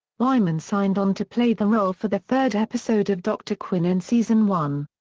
wyman signed on to play the role for the third episode of dr. quinn in season one.